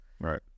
Right